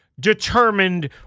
determined